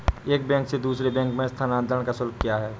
एक बैंक से दूसरे बैंक में स्थानांतरण का शुल्क क्या है?